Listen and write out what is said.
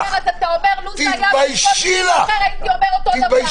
--- אז אתה אומר: לו זה היה כל דבר אחר הייתי אומר אותו דבר.